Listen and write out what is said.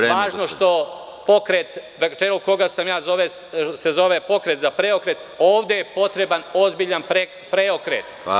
Nije važno što pokret, na čelu koga sam ja se zove „Pokret za PREOKRET“, ovde je potreban ozbiljan preokret.